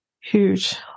huge